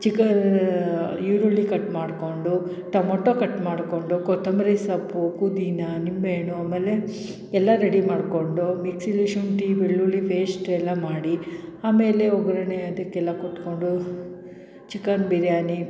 chicken ಈರುಳ್ಳಿ cut ಮಾಡಿಕೊಂಡು tomato cut ಮಾಡಿಕೊಂಡು ಕೊತ್ತಂಬರಿ ಸೊಪ್ಪು ಪುದೀನ ನಿಂಬೆಹಣ್ಣು ಆಮೇಲೆ ಎಲ್ಲ ರೆಡಿ ಮಾಡಿಕೊಂಡು ಮಿಕ್ಸಿಲಿ ಶುಂಠಿ ಬೆಳ್ಳುಳ್ಳಿ ಪೇಶ್ಟ್ ಎಲ್ಲ ಮಾಡಿ ಆಮೇಲೆ ಒಗ್ಗರಣೆ ಅದಕ್ಕೆಲ್ಲ ಕೊಟ್ಟುಕೊಂಡು ಚಿಕನ್ ಬಿರಿಯಾನಿ